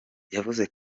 yavuze